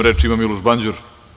Reč ima Miloš Banđur.